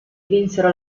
vinsero